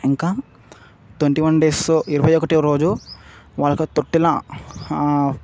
ఇంకా twenty one days ఇరవై ఒకటో రోజు వాళ్ళకి ఒక తోట్లే